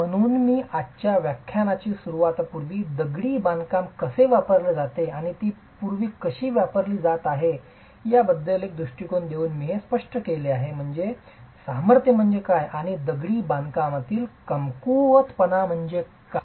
म्हणून मी आजच्या व्याख्यानाची सुरूवात पूर्वी दगडी बांधकाम कसे वापरली जाते आणि ती पूर्वी कशी वापरली जात आहे याबद्दल एक दृष्टीकोन देऊन मी हे स्पष्ट केले की सामर्थ्य म्हणजे काय आणि दगडी बांधकामातील कमकुवतपणा म्हणजे काय